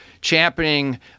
championing